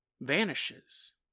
vanishes